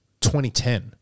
2010